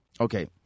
okay